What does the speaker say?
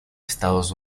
estados